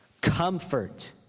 Comfort